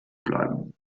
bleiben